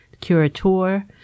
Curator